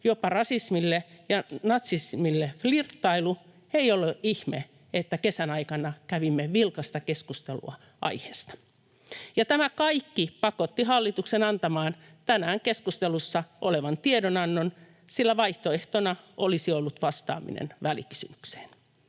jopa rasismille ja natsismille flirttailu, ei ole ihme, että kesän aikana kävimme vilkasta keskustelua aiheesta. Ja tämä kaikki pakotti hallituksen antamaan tänään keskustelussa olevan tiedonannon, sillä vaihtoehtona olisi ollut vastaaminen välikysymykseen.